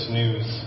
news